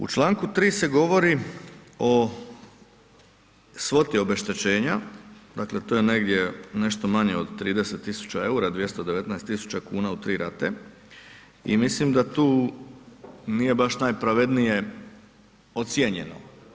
U članku 3. se govori o svoti obeštećenja, dakle to je negdje nešto manje od 30 tisuća eura, 219 tisuća kuna u tri rate i mislim da tu nije baš najpravednije ocijenjeno.